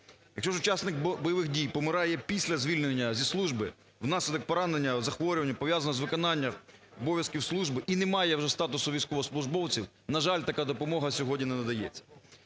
Якщо ж учасник бойових дій помирає після звільнення зі служби внаслідок поранення, захворювання, пов'язаного з виконанням обов'язків служби і не має вже статусу військовослужбовця, на жаль, така допомога сьогодні не надається.